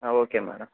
okay madam